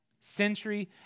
Century